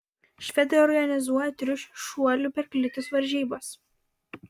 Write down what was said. švedai organizuoja triušių šuolių per kliūtis varžybas